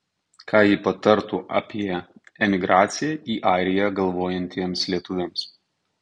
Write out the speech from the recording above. ką ji patartų apie emigraciją į airiją galvojantiems lietuviams